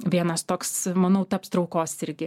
vienas toks manau taps traukos irgi